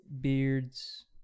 Beards